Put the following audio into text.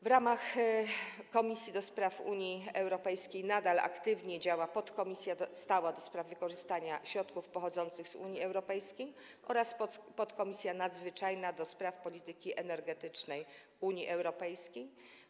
W ramach Komisji do Spraw Unii Europejskiej nadal aktywnie działają podkomisja stała do spraw wykorzystania środków pochodzących z Unii Europejskiej oraz podkomisja nadzwyczajna do spraw polityki energetycznej Unii Europejskiej.